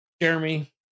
Jeremy